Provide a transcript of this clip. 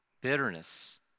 bitterness